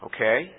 Okay